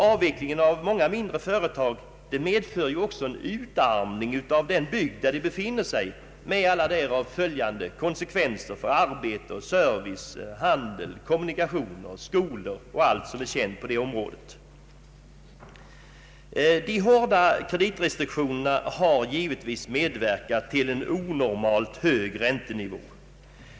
Avveckling av många mindre företag medför också en utarmning av den bygd där de befinner sig, med alla därav följande konsekvenser för arbete, service, handel, kommunikationer, skolor m.m. De hårda kreditrestriktionerna har givetvis medverkat till en onormalt hög räntenivå.